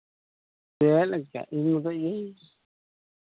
ᱪᱮᱫ ᱞᱮ ᱪᱮᱠᱟᱭᱟ ᱤᱧ ᱢᱚᱛᱚ ᱤᱭᱟᱹᱭᱟᱹᱧ